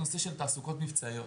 התעסוקות המבצעיות.